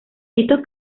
estos